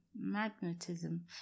Magnetism